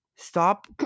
Stop